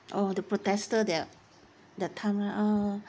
oh the protester their their time lah oh